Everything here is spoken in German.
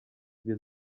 wir